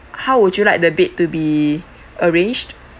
how would you like the bed to be arranged